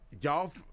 Y'all